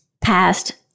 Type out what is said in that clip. past